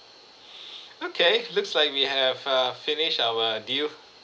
okay looks like we have uh finished our due